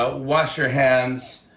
ah wash your hands.